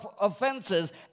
offenses